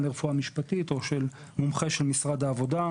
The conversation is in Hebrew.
לרפואה משפטית או מומחה של משרד העבודה.